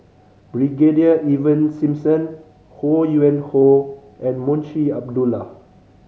Brigadier Ivan Simson Ho Yuen Hoe and Munshi Abdullah